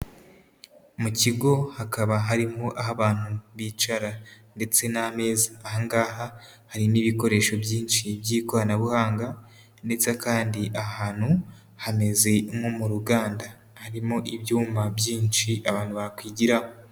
Mu kigo hakaba harimo aho abantu bicara ndetse n'ameza, aha ngaha hari n'ibikoresho byinshi by'ikoranabuhanga ndetse kandi aha hantu hameze nko mu ruganda, harimo ibyuyuma byinshi abantu bakwigiraho.